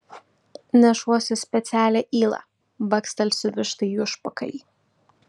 nešuosi specialią ylą bakstelsiu vištai į užpakalį